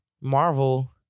Marvel